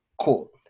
Cool